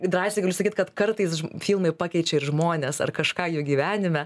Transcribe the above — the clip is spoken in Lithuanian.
drąsiai galiu sakyt kad kartais filmai pakeičiau ir žmones ar kažką jų gyvenime